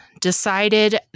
decided